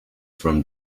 from